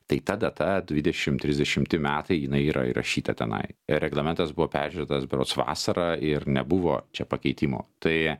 tai ta data dvidešimt trisdešimti metai jinai yra įrašyta tenai reglamentas buvo peržiūrėtas berods vasarą ir nebuvo čia pakeitimo tai